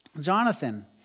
Jonathan